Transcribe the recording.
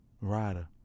rider